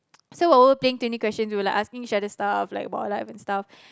so playing twenty questions we were like asking each other stuff like about our life and stuff